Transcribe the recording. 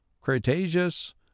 cretaceous